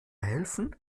helfen